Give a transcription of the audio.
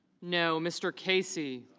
no. mr. casey